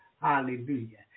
Hallelujah